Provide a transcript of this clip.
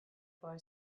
boy